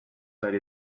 داری